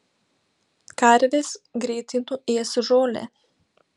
karvės greitai nuės žolę